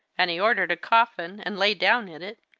and he ordered a coffin, and lay down in it,